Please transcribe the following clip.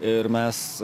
ir mes